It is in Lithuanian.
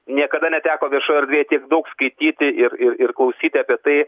niekada neteko viešoj erdvėj tiek daug skaityti ir ir ir klausyti apie tai